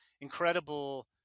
incredible